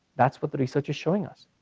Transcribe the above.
that's what the research is showing us.